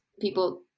people